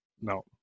No